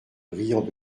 brillants